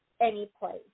anyplace